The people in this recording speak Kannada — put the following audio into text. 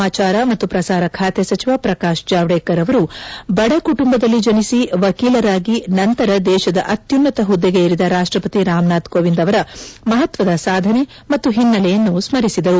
ಸಮಾಚಾರ ಮತ್ತು ಪ್ರಸಾರ ಬಾತೆ ಸಚಿವ ಪ್ರಕಾಶ್ ಜಾವಡೇಕರ್ ಅವರು ಬಡ ಕುಟುಂಬದಲ್ಲಿ ಜನಿಸಿ ವಕೀಲರಾಗಿ ನಂತರ ದೇಶದ ಅತ್ಯುನ್ನತ ಹುದ್ದೆಗೆ ಏರಿದ ರಾಷ್ಟಪತಿ ರಾಮನಾಥ ಕೋವಿಂದ್ ಅವರ ಮಹತ್ವದ ಸಾಧನೆ ಮತ್ತು ಹಿನ್ನೆಲೆಯನ್ನು ಸ್ಠರಿಸಿದರು